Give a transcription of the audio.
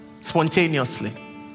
spontaneously